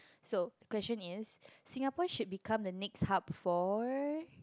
so question is Singapore should become the next hub for